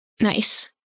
Nice